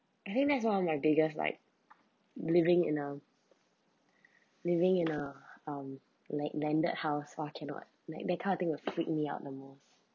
I think that is one of my biggest like living in a living in a um like landed house !wah! cannot like that kind of thing will freak me out the most